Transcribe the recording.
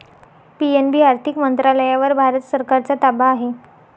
PNB आर्थिक मंत्रालयावर भारत सरकारचा ताबा आहे